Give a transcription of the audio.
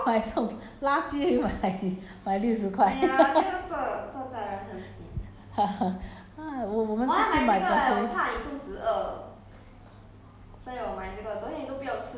oh you mean 它的 N_T_U_C 都可以 给你买 买这种 垃圾可以买买六十块 !haiya! 我我们都去买 grocery